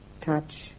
touch